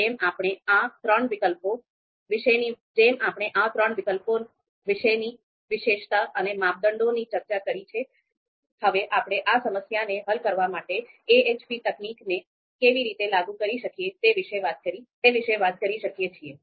જેમ આપણે આ ત્રણ વિકલ્પો વિશેની વિશેષતા અને માપદંડોની ચર્ચા કરી છે હવે આપણે આ સમસ્યાને હલ કરવા માટે AHP તકનીકને કેવી રીતે લાગુ કરી શકીએ તે વિશે વાત કરી શકીએ છીએ